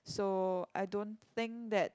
so I don't think that